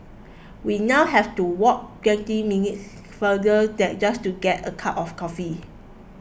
we now have to walk twenty minutes farther just to get a cup of coffee